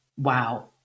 Wow